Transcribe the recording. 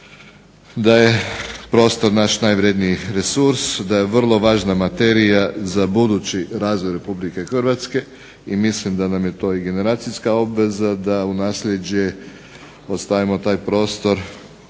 da je prostor naš najvredniji resurs, da je vrlo važna materija za budući razvoj Republike Hrvatske. I mislim da nam je to i generacijska obveza da u naslijeđe ostavimo taj prostor